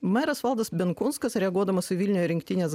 meras valdas benkunskas reaguodamas į vilniuje rinktinės